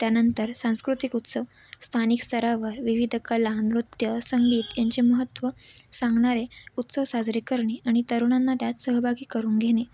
त्यानंतर सांस्कृतिक उत्सव स्थानिक स्तरावर विविध कला नृत्य संगीत यांचे महत्त्व सांगणारे उत्सव साजरे करणे आणि तरुणांना त्यात सहभागी करून घेणे